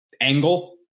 angle